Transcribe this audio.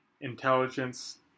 intelligence